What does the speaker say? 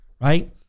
right